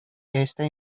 esta